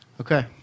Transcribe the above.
Okay